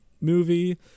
movie